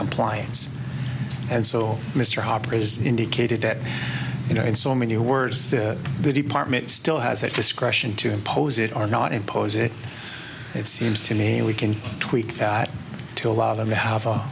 compliance and so mr harper is indicated that you know in so many words that the department still has that discretion to impose it or not impose it it seems to me we can tweak that to allow them to have a